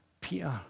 Peter